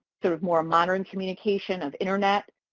sort of more and modern communication of internet.